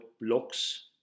blocks